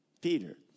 Peter